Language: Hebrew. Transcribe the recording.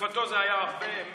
בתקופתו זה היה 100,000,